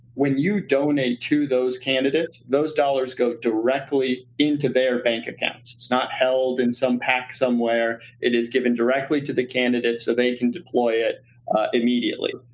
when you donate to those candidates, those dollars go directly into their bank accounts. it's not held in some pac somewhere. it is given directly to the candidates so they can deploy it immediately.